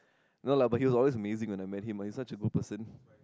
no lah but he's always amazing when I met him he's such a good person